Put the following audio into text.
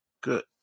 Good